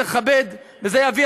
לכבד את המקום הזה,